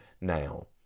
now